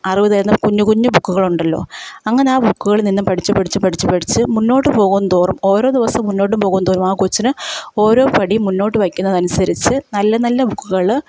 അറിവ് തരുന്ന കുഞ്ഞ് കുഞ്ഞ് ബുക്കുകൾ ഉണ്ടല്ലോ അങ്ങനെ ആ ബുക്കുകളിൽ നിന്നും പഠിച്ച് പഠിച്ച് പഠിച്ച് പഠിച്ച് മുന്നോട്ട് പോകുംതോറും ഓരോ ദിവസം മുന്നോട്ട് പോകുംതോറും ആ കൊച്ചിന് ഓരോ പടി മുന്നോട്ട് വയ്ക്കുന്നതിനനുസരിച്ച് നല്ല നല്ല ബുക്കുകൾ